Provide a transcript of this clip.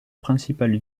principale